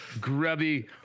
grubby